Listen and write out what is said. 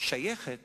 שייכת